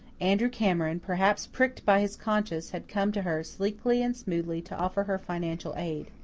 andrew cameron, perhaps pricked by his conscience, had come to her, sleekly and smoothly, to offer her financial aid.